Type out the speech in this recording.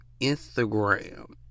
Instagram